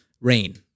rain